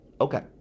okay